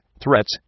threats